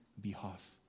behalf